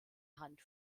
hand